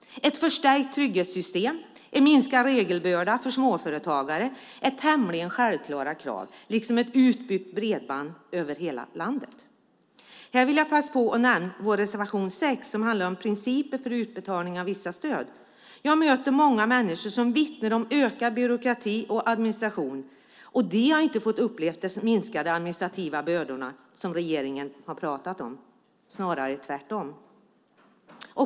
Ett förstärkt trygghetssystem och en minskad regelbörda för småföretagare är tämligen självklara krav liksom ett utbyggt bredband för hela landet. Här vill jag passa på att nämna vår reservation 6, som handlar om principer för utbetalning av vissa stöd. Jag möter många människor som vittnar om ökad byråkrati och administration. De har inte fått uppleva de minskade administrativa bördor som regeringen har pratat om, snarare tvärtom.